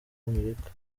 amerika